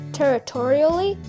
territorially